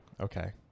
Okay